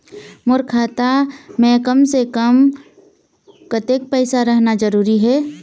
मोर खाता मे कम से से कम कतेक पैसा रहना जरूरी हे?